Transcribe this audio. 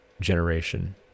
generation